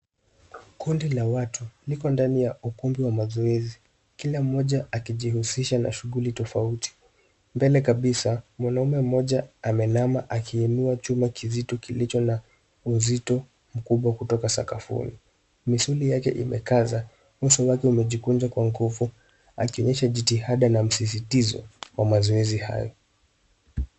Kundi la watu liko ndani ya ukumbi wa mazoezi kila mmoja akijihusicha na shughuli tofauti mbele kabisa mwanamume mmoja ameinma akiinuwa chuma kizito kilicho na uzito mkubwa kutoka sakafuni misuli yake imekaza uso wake umejikunja kwa nguvu akionyesha jitihada na msisitizo wa mazoezi hayo.